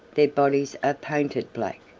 their bodies are painted black.